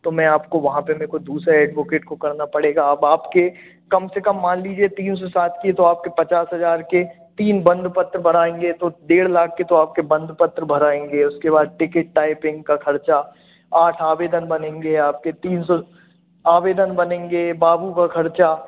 तो मैं आपको वहाँ पर मेरे को दूसरा एडवोकेट को करना पड़ेगा अब आपके कम से कम मान लीजिए तीन सौ सात की है तो आपके पचास हज़ार के तीन बंद पत्र बनाएँगे तो डेढ़ लाख की तो आपके बंद पत्र भराएँगे उसके बाद टिकिट टाइपिंग का खर्चा आठ आवेदन बनेंगे आपके तीन सौ आवेदन बनेंगे बाबू का खर्चा